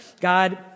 God